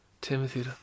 Timothy